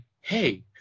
hey